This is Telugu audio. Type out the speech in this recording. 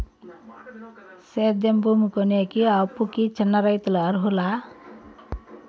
సేద్యం భూమి కొనేకి, అప్పుకి చిన్న రైతులు అర్హులా?